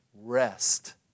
rest